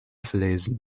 verlesen